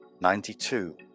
ninety-two